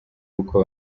uko